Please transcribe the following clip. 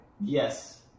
Yes